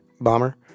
bomber